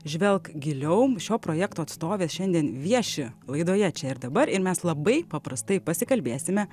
žvelk giliau šio projekto atstovės šiandien vieši laidoje čia ir dabar ir mes labai paprastai pasikalbėsime